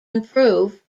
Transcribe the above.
improved